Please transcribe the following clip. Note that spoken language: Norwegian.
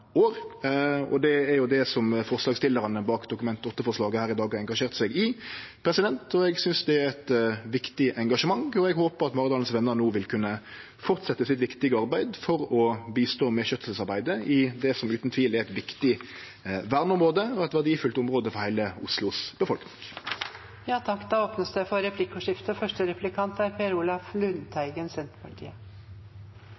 år. Det er det som forslagsstillarane bak Dokument 8-forslaget her i dag har engasjert seg i. Eg synest det er eit viktig engasjement, og eg håpar at Maridalens Venner no vil kunne fortsetje det viktige arbeid sitt for å hjelpe til med skjøtselsarbeidet i det som utan tvil er eit viktig verneområde og eit verdifullt område for heile befolkninga i Oslo. Det blir replikkordskifte.